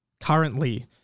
currently